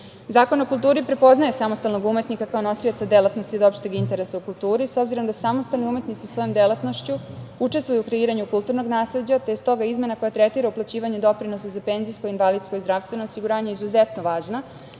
o kulturi prepoznaje samostalnog umetnika kao nosioca delatnosti od opšteg interesa u kulturi, s obzirom da samostalni umetnici svojom delatnošću učestvuju u kreiranju kulturnog nasleđa, te je stoga izmena koja tretira uplaćivanje doprinosa za penzijsko, invalidsko i zdravstveno osiguranje izuzetno važna